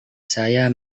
saya